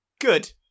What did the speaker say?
Good